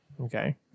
okay